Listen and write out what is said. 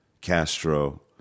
Castro